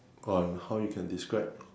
on how you can describe